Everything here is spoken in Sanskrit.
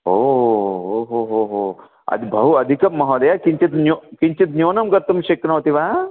ओ ओ हो हो हो अद् बहु अधिकं महोदय किञ्चित् न्यूनं किञ्चित् न्यूनं कर्तुं शक्नोति वा